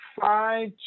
five